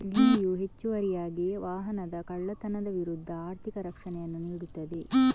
ವಿಮೆಯು ಹೆಚ್ಚುವರಿಯಾಗಿ ವಾಹನದ ಕಳ್ಳತನದ ವಿರುದ್ಧ ಆರ್ಥಿಕ ರಕ್ಷಣೆಯನ್ನು ನೀಡುತ್ತದೆ